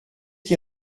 qui